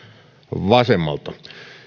vasemmalta